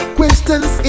questions